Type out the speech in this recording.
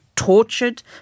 tortured